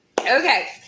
Okay